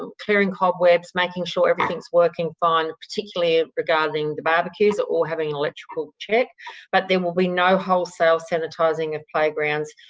um clearing cobwebs, making sure everything is working fine. particularly regarding the barbecues are all having an electrical check but there will be no wholesale sanitising of playgrounds.